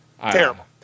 Terrible